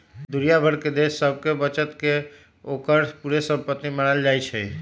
दुनिया भर के देश सभके बचत के ओकर पूरे संपति मानल जाइ छइ